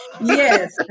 Yes